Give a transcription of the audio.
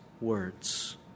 words